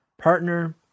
partner